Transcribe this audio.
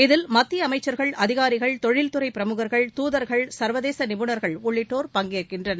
இதில் மத்திய அமைச்சர்கள் அதிகாரிகள் தொழில்துறை பிரமுகள்கள் துதர்கள் சள்வதேச நிபுணர்கள் உள்ளிட்டோர் பங்கேற்கின்றனர்